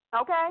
Okay